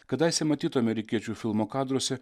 kadaise matyto amerikiečių filmo kadruose